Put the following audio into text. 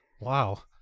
wow